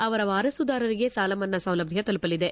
ಅವರ ವಾರಸುದಾರರಿಗೆ ಸಾಲ ಮನ್ನಾ ಸೌಲಭ್ಞ ತಲುಪಲಿದೆ